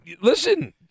listen